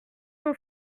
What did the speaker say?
son